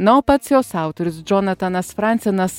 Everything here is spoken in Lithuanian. na o pats jos autorius džonatanas fransenas